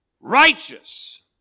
righteous